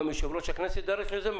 גם יושב-ראש הכנסת יידרש לזה.